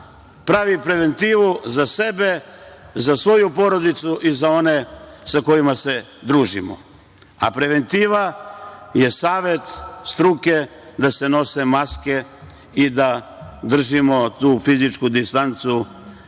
pravi preventivu za sebe, za svoju porodicu i za one sa kojima se družimo. A preventiva je savet struke, da se nose maske i da držimo tu fizičku distancu,